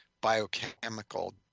biochemical